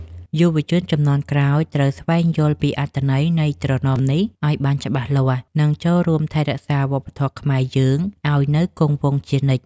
យុវជនជំនាន់ក្រោយត្រូវស្វែងយល់ពីអត្ថន័យនៃត្រណមនេះឱ្យបានច្បាស់លាស់ និង ចូលរួមថែរក្សាវប្បធម៌ខ្មែរយើងឱ្យនៅគង់វង្សជានិច្ច។